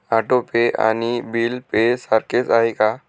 Auto pay आणि bill pay सारखेच आहे का?